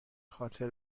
خاطر